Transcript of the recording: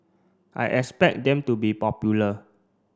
I expect them to be popular